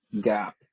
gap